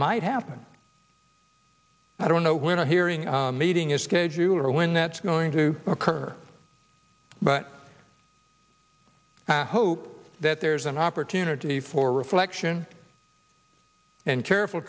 might happen i don't know when a hearing meeting is scheduled or when that's going to occur but i hope that there's an opportunity for reflection and careful